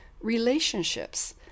relationships